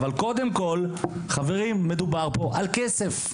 אבל קודם כל, חברים מדובר פה על כסף.